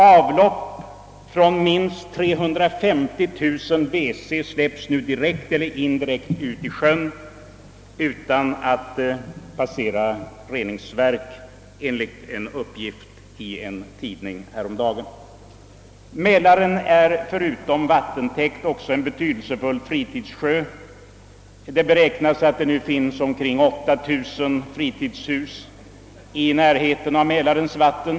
Avlopp från minst 350 000 WC släpps nu, enligt en tidningsuppgift häromdagen, direkt eller indirekt ut i sjön utan att passera reningsverk. Mälaren är förutom vattentäkt också en betydelsefull fritidssjö. Det beräknas att det finns omkring 8 000 fritidshus i närheten av Mälarens vatten.